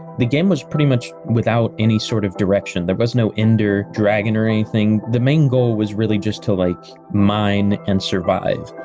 the game was pretty much without any sort of direction there was no ender dragon or anything the main goal was really just to, like, mine and survive.